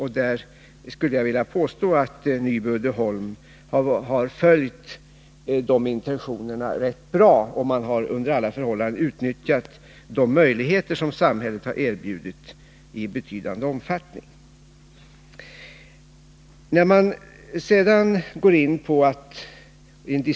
Och jag vill påstå att Nyby Uddeholm har följt dessa intentioner. Under alla förhållanden har företaget i betydande omfattning utnyttjat de möjligheter som samhället har erbjudit.